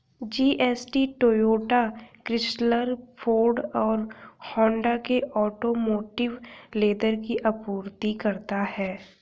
GST Toyota, Chrysler, Ford और Honda के automotive leather की आपूर्ति करता है